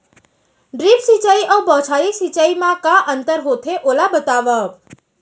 Drip सिंचाई अऊ बौछारी सिंचाई मा का अंतर होथे, ओला बतावव?